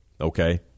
Okay